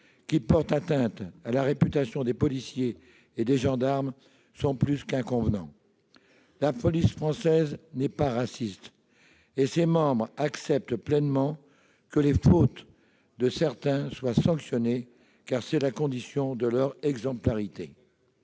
qui portent atteinte à la réputation des policiers et des gendarmes sont plus qu'inconvenants. La police française n'est pas raciste, et ses membres acceptent pleinement que les fautes de certains soient sanctionnées, car c'est la condition de leur exemplarité.